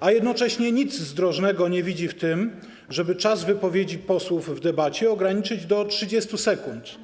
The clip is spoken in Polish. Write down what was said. a jednocześnie nic zdrożnego nie widzi w tym, żeby czas wypowiedzi posłów w debacie ograniczyć do 30 sekund.